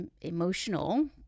emotional